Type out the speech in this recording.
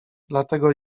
dlatego